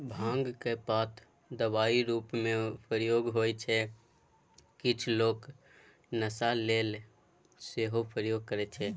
भांगक पात दबाइ रुपमे प्रयोग होइ छै किछ लोक नशा लेल सेहो प्रयोग करय छै